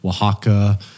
Oaxaca